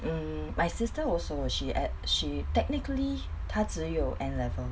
mm my sister also she at she technically 他只有 N-level